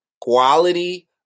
Quality